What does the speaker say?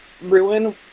ruin